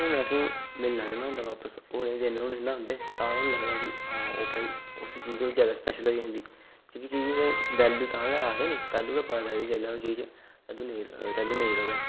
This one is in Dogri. हून असें मिलना नी ना हुंदा वापस ओह् दिन नेईं नांआंदे तां हून लगदा कि आं ओह् भाई उस चीज ज्यादा स्पैशल होई जंदी जेह्की चीज ते वैल्यू तां के आखदे नी अदूं के पता लग्गदी जिल्लै ओह् चीज जदूं नेई र''वै